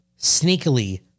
sneakily